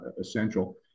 essential